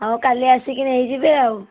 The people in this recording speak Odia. ହଉ କାଲି ଆସିକି ନେଇଯିବେ ଆଉ